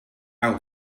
out